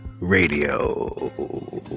Radio